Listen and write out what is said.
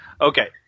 Okay